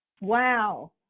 Wow